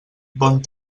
bon